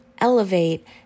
elevate